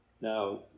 Now